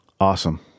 Awesome